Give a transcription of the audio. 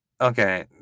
Okay